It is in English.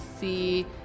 see